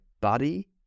body